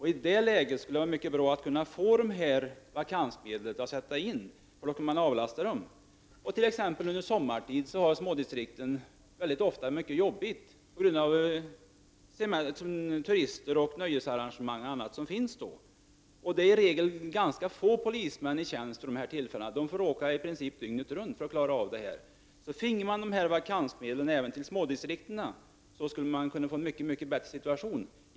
I det läget skulle det vara mycket bra för dessa distrikt att få dessa vakansmedel för att på det sättet åstadkomma avlastning. Under sommaren t.ex. har små distrikt det ofta jobbigt på grund av turister, nöjesarrangemang, m.m. Vid dessa tillfällen är det i regel ganska få polismän i tjänst. De får i princip jobba dygnet runt för att klara av detta. Så om även de små distrikten finge dessa vakansmedel skulle de kunna få en mycket bättre situation.